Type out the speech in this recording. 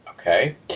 okay